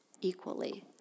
equally